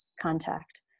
contact